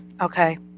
Okay